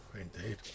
Indeed